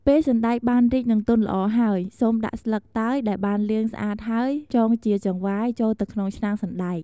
ពេលសណ្ដែកបានរីក និងទន់ល្អហើយ សូមដាក់ ស្លឹកតើយ ដែលបានលាងស្អាតហើយចងជាចង្វាយចូលទៅក្នុងឆ្នាំងសណ្ដែក។